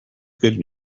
good